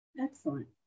Excellent